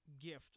gift